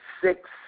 six